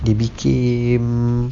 they became